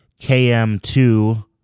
KM2